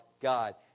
God